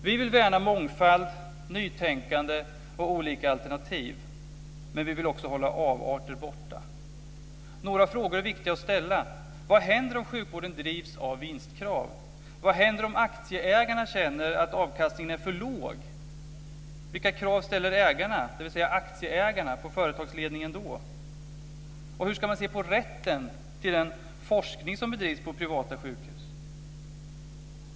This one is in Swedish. Vi vill värna mångfald, nytänkande och olika alternativ. Men vill också hålla avarter borta. Några frågor är viktiga att ställa. Vad händer om sjukvården drivs av vinstkrav? Vad händer om aktieägarna känner att avkastningen är för låg? Vilka krav ställer ägarna, dvs. aktieägarna, på företagsledningen då? Och hur ska man se på rätten till den forskning som bedrivs på privata sjukhus?